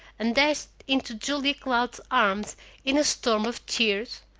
and dashed into julia cloud's arms in a storm of tears.